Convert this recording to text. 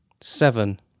Seven